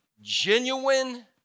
genuine